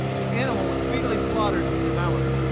the animal was speedily slaughtered and devoured.